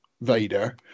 Vader